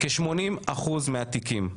כ-80% מהתיקים,